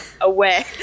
away